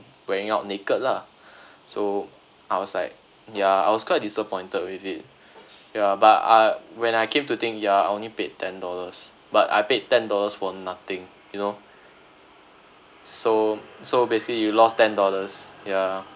wearing out naked lah so I was like ya I was quite disappointed with it yeah but I when I came to think ya I only paid ten dollars but I paid ten dollars for nothing you know so so basically you lost ten dollars ya